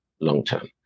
long-term